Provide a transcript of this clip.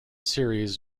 series